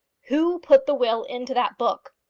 who put the will into that book?